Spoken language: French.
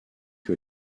que